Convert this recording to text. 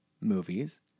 movies